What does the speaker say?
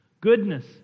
goodness